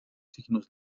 signos